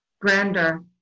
grander